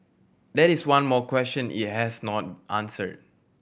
that is one more question it has not answered